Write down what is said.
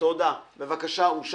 הצבעה בעד פה אחד תקנה 2 אושרה.